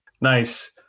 Nice